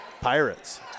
Pirates